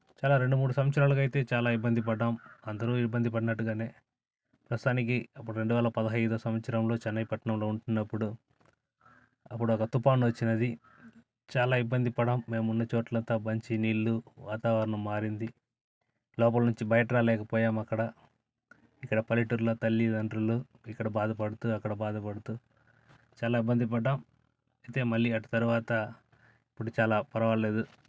చాలా రెండు మూడు సంవత్సరాలుగా అయితే చాలా ఇబ్బంది పడ్డాం అందరూ ఇబ్బంది పడినట్టుగానే ప్రస్తుతానికి అప్పుడు రెండు వేల పదిహైదు సంవత్సరంలో చెన్నై పట్టణంలో ఉంటున్నప్పుడు అప్పుడు ఒక తుఫాన్ వచ్చినది చాలా ఇబ్బంది పడినాం మేము ఉన్నచోట్ల అంతా మంచినీళ్ళు వాతావరణ మారింది లోపల నుంచి బయట రాలేకపోయాం అక్కడ ఇక్కడ పల్లెటూరులో తల్లిదండ్రులు ఇక్కడ బాధపడుతూ అక్కడ బాధపడుతు చాలా ఇబ్బంది పడ్డాం అంటే మళ్ళీ అటు తర్వాత ఇప్పుడు చాలా పర్వాలేదు